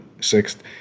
sixth